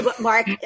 Mark